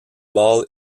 ball